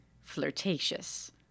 flirtatious